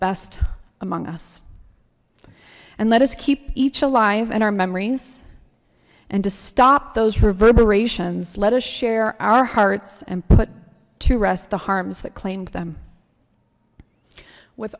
best among us and let us keep each alive and our memories and to stop those reverberations let us share our hearts and put to rest the harms that claimed them with